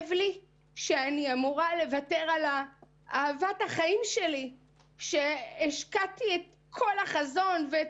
שכואב לי לוותר על אהבת החיים שלי שהשקעתי את כל נשמתי